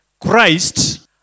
Christ